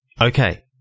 Okay